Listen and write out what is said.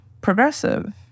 progressive